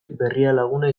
berrialaguna